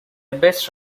biggest